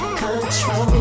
control